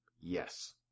yes